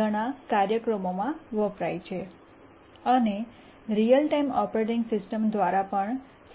ઘણા કાર્યક્રમોમાં વપરાય છે અને રીઅલ ટાઇમ ઓપરેટિંગ સિસ્ટમ્સ દ્વારા પણ સીધા સપોર્ટેડ છે